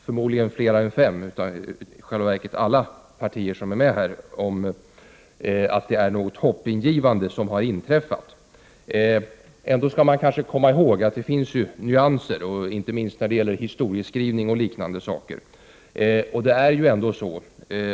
Förmodligen är fler än fem partier — i själva verket alla partier — eniga om att någonting hoppingivande har inträffat. Man skall emellertid komma ihåg att det finns nyanser, inte minst när det gäller — Prot. 1988/89:24 historieskrivning och liknande saker.